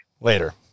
Later